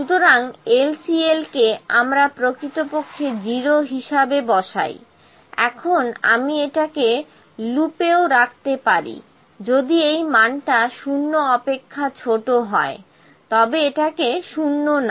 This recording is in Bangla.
সুতরাং LCL কে আমরা প্রকৃতপক্ষে 0 হিসাবে বসাই এখন আমি এটাকে লুপ এও রাখতে পারি যদি এই মানটা 0 অপেক্ষা ছোট হয় তবে এটাকে 0 নাও